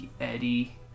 Eddie